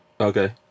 Okay